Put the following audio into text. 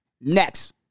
Next